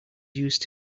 used